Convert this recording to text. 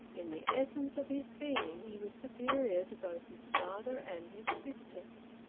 in the essence of his being he was superior to both his father and his sisters.